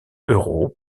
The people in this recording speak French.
euros